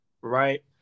right